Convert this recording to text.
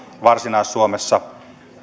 varsinais suomessa